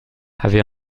avait